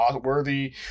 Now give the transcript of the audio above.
worthy